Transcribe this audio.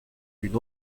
une